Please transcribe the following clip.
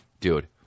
dude